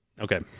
okay